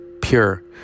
pure